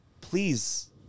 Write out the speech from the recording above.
please